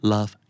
Love